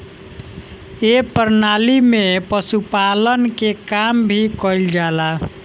ए प्रणाली में पशुपालन के काम भी कईल जाला